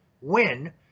win